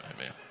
Amen